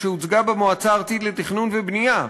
ושהוצגה במועצה הארצית לתכנון ובנייה,